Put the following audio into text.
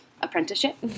apprenticeship